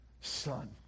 Son